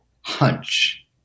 hunch